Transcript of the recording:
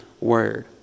word